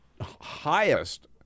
highest